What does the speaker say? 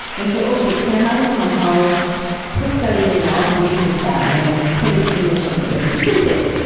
and so, okay. can i somehow put that in an automated form and then put it in a shell script? which i did.